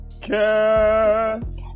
Cast